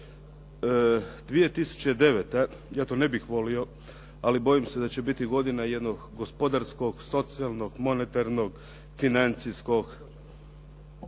2009. ja to ne bih volio, ali bojim se da će biti godina jednog gospodarskog, socijalnog, monetarnog, financijskog